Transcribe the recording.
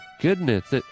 goodness